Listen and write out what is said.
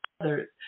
others